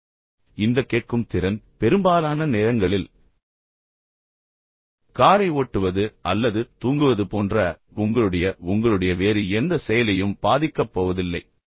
எனவே இந்த கேட்கும் திறன் பெரும்பாலான நேரங்களில் காரை ஓட்டுவது அல்லது தூங்குவது போன்ற உங்களுடைய உங்களுடைய வேறு எந்த செயலையும் பாதிக்கப் போவதில்லை